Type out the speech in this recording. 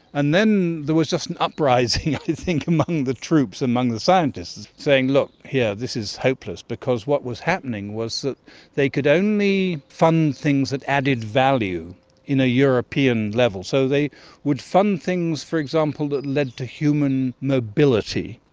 and then there was just an uprising i think among the troops, among the scientists, saying look, here, this is hopeless. because what was happening was that they could only fund things that added value in a european level. so they would fund things, for example, that lead to human mobility,